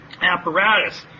apparatus